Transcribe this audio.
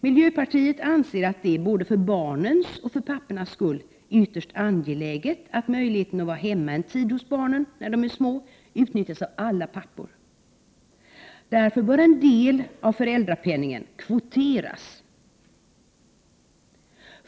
Miljöpartiet anser att det både för barnens och pappornas skull är ytterst angeläget att möjligheten att vara hemma en tid hos barnen när de är små utnyttjas av alla pappor. Därför bör en del av föräldrapenningen kvoteras.